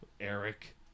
eric